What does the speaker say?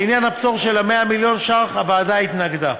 לעניין הפטור של 100 מיליון השקלים הוועדה התנגדה.